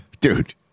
Dude